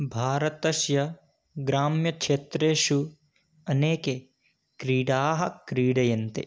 भारतस्य ग्राम्यक्षेत्रेषु अनेकाः क्रीडाः क्रीड्यन्ते